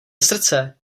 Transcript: srdce